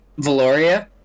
Valoria